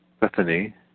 Bethany